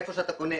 איפה שאתה קונה,